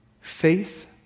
Faith